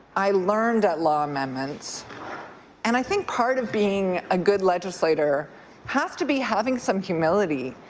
i learned at law amendments and i think part of being a good legislator has to be having some humility,